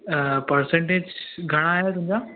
percentage घणा आया तुंहिंजा